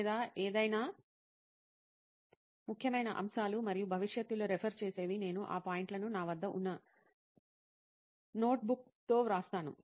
లేదా ఏదైనా ముఖ్యమైన అంశాలు మరియు భవిష్యత్తులో రెఫర్ చేసేవి నేను ఆ పాయింట్లను నా వద్ద ఉన్న నోట్బుక్తో వ్రాస్తాను